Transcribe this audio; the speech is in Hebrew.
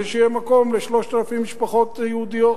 שיהיה מקום ל-3,000 משפחות יהודיות.